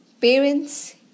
Parents